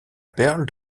perle